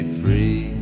free